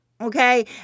Okay